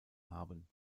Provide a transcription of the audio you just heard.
haben